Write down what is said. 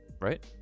Right